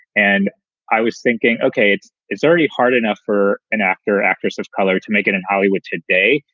and i was thinking, ok, it's it's already hard enough for an actor or actress of color to make it in hollywood today.